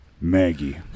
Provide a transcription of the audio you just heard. Maggie